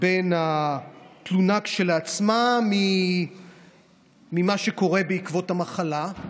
בין התלונה כשלעצמה למה שקורה בעקבות המחלה.